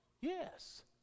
yes